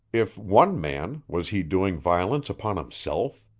if one man, was he doing violence upon himself?